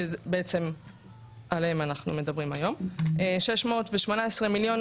שבעצם עליהם אנחנו מדברים היום, 618 מיליון